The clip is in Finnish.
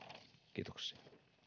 kiitoksia